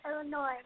Illinois